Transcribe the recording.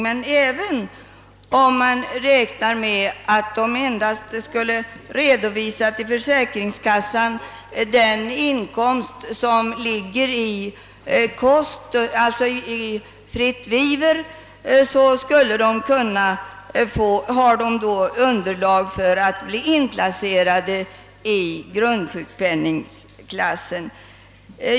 Men även om dessa kvinnor endast skulle få redovisa till försäkringskassan den inkomst som motsvarar fritt vivre, skulle det finnas tillräckligt underlag för en inplacering av dem i grundsjukpenningklassen.